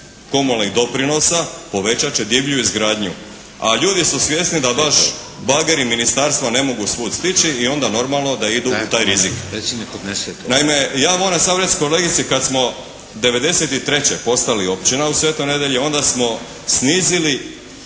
komunalnih doprinosa povećat će divlju izgradnju, a ljudi su svjesni da baš bageri Ministarstva ne mogu svud stići i onda normalno da idu u taj rizik. Naime ja moram samo reći kolegici kad smo 1993. postali općina u Svetoj Nedjelji onda smo snizili